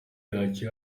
ntacyo